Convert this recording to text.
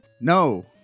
No